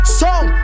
song